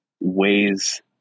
ways